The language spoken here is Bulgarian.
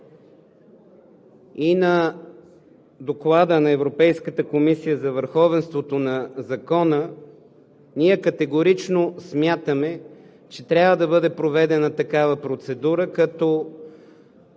и на Доклада на Европейската комисия за върховенството на закона, ние категорично смятаме, че трябва да бъде проведена такава процедура, като